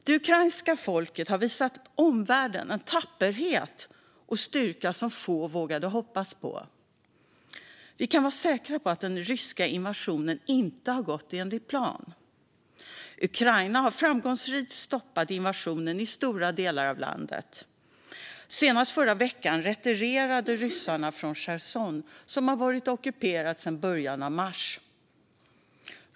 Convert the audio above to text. Det ukrainska folket har visat omvärlden en tapperhet och styrka som få vågade hoppas på. Vi kan vara säkra på att den ryska invasionen inte har gått enligt plan. Ukraina har framgångsrikt stoppat invasionen i stora delar av landet. Senast i förra veckan retirerade ryssarna från Cherson, som har varit ockuperat sedan början av mars.